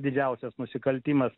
didžiausias nusikaltimas